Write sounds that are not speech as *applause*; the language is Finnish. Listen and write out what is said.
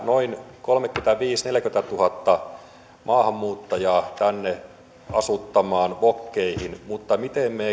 noin kolmekymmentäviisituhatta viiva neljäkymmentätuhatta maahanmuuttajaa tänne asuttamaan vokkeihin mutta miten me *unintelligible*